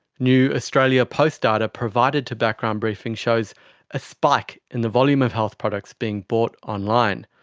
new australia post data provided to background briefing shows a spike in the volume of health products being bought online.